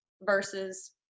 versus